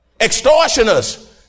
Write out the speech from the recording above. Extortioners